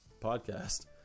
podcast